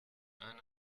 eine